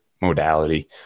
modality